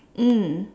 mm